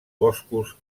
boscos